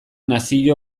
nazio